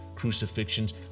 crucifixions